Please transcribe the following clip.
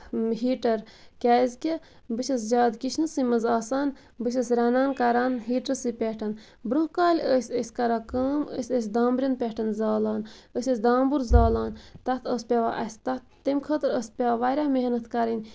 heater کیازِ کہِ بہٕ چھَس زیادٕ کِچنَسٕے منٛز آسان بہٕ چھَس رَنان کران ہیٖٹرَسٕے پٮ۪ٹھ برونٛہہ کالہِ ٲسۍ أسۍ کران کٲم أسۍ ٲسۍ دامبرٮ۪ن پٮ۪ٹھ زالان أسۍ ٲسۍ دامبُر زالان تَتھ ٲسۍ پیٚوان اَسہِ تَتھ تَمہِ خٲطرٕ ٲسۍ پیٚوان واریاہ محنت کَرٕنۍ